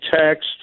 text